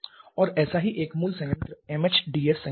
और ऐसा ही एक मूल संयंत्र MHDS संयंत्र है